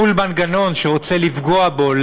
מול מנגנון שרוצה לפגוע בו,